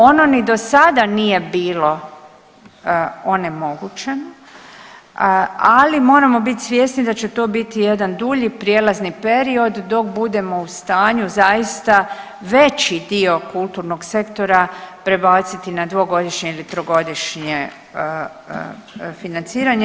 Ono ni do sada nije bilo onemogućeno, ali moramo biti svjesni da će to biti jedan dulji prijelazni period dok budemo u stanju zaista veći dio kulturnog sektora prebaciti na dvogodišnje ili trogodišnje financiranje.